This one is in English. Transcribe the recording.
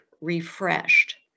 refreshed